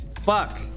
Fuck